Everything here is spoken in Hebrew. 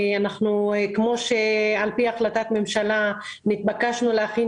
על פי החלטת ממשלה נתבקשנו להכין